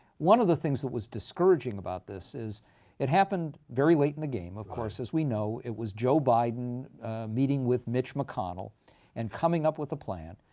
one of the things that was discouraging about this is it happened very late in the game, of course, as we know. it was joe biden meeting with mitch mcconnell and coming up with a plan.